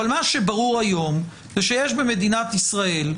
אבל מה שברור היום זה שיש במדינת ישראל,